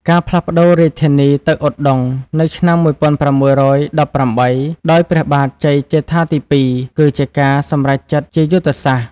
ការផ្លាស់ប្តូររាជធានីទៅឧដុង្គនៅឆ្នាំ ១៦១៨ ដោយ ព្រះបាទជ័យជេដ្ឋាទី ២ គឺជាការសម្រេចចិត្តជាយុទ្ធសាស្ត្រ។